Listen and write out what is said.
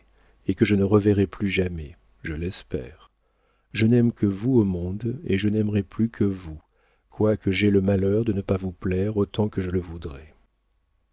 et que je ne reverrai plus jamais je l'espère je n'aime que vous au monde et je n'aimerai plus que vous quoique j'aie le malheur de ne pas vous plaire autant que je le voudrais